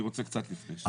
אני רוצה לומר עוד משהו.